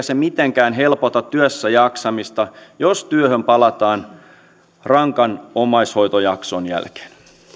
se mitenkään helpota työssäjaksamista jos työhön palataan rankan omaishoitojakson jälkeen